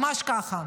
ממש ככה,